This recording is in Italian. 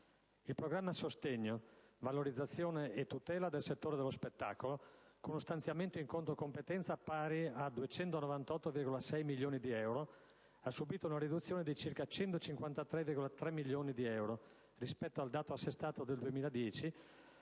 Il programma Sostegno, valorizzazione e tutela del settore dello spettacolo con uno stanziamento in conto competenza pari a 298,6 milioni di euro per il 2011, ha subito una riduzione di circa 153,3 milioni di euro rispetto al dato assestato del 2010,